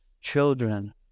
children